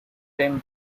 time